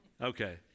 Okay